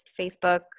Facebook